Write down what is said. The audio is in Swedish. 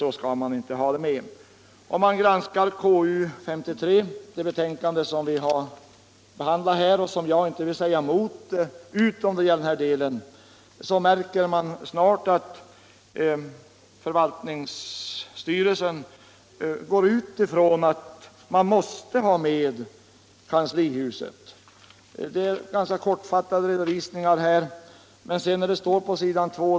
Vid läsning av konstitutionsutskottets betänkande nr 53, som vi nu behandlar och som jag inte vill gå emot utom på denna punkt, märker man snart att förvaltningsstyrelsen utgår ifrån att kanslihuset måste tas med.